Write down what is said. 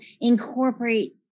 incorporate